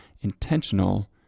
intentional